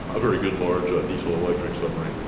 a very good large ah diesel-electric submarine.